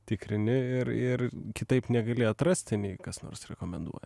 tikrini ir ir kitaip negali atrasti kas nors rekomenduoja